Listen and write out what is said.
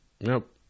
Nope